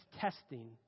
testing